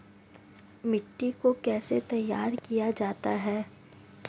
मिट्टी को कैसे तैयार किया जाता है?